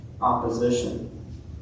opposition